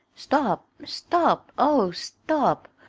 stop stop oh, stop!